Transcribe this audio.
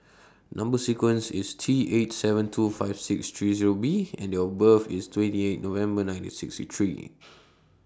Number sequence IS T eight seven two five six three Zero B and Date of birth IS twenty eight November nineteen sixty three